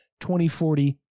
2040